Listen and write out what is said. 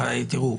תראו,